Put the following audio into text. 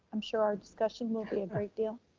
i'm sure our discussion will be a great deal.